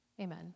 Amen